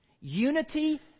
Unity